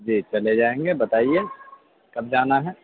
جی چلے جائیں گے بتائیے کب جانا ہے